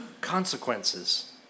consequences